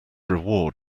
reward